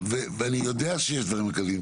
ואני יודע שיש דברים מרכזיים,